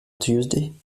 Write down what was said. tuesday